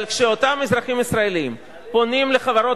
אבל כשאותם אזרחים ישראלים פונים לחברות